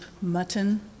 mutton